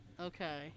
Okay